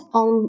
on